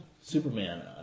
Superman